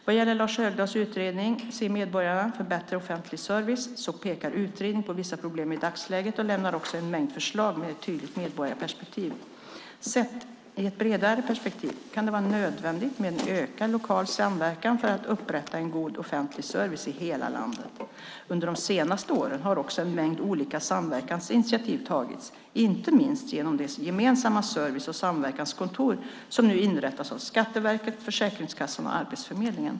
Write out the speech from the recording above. Vad gäller Lars Högdahls utredning Se medborgarna - för bättre offentlig service pekar utredningen på vissa problem i dagsläget och lämnar också en mängd förslag med ett tydligt medborgarperspektiv. Sett i ett bredare perspektiv kan det vara nödvändigt med en ökad lokal samverkan för att upprätthålla en god offentlig service i hela landet. Under de senaste åren har också en mängd olika samverkansinitiativ tagits, inte minst genom de gemensamma service och samverkanskontor som nu inrättas av Skatteverket, Försäkringskassan och Arbetsförmedlingen.